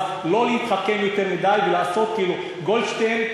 אז לא להתחכם יותר מדי ולעשות כאילו גולדשטיין,